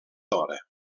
hora